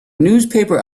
newspaper